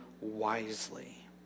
wisely